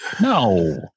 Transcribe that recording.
no